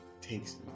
takes